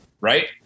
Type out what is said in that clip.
Right